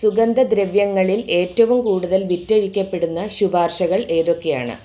സുഗന്ധദ്രവ്യങ്ങളിൽ ഏറ്റവും കൂടുതൽ വിറ്റഴിക്കപ്പെടുന്ന ശുപാർശകൾ ഏതൊക്കെയാണ്